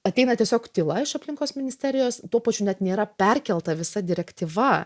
ateina tiesiog tyla iš aplinkos ministerijos tuo pačiu net nėra perkelta visa direktyva